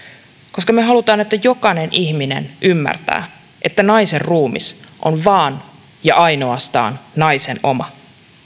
me haluamme että jokainen ihminen ymmärtää että naisen ruumis on vain ja ainoastaan naisen oma